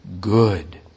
good